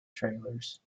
trailers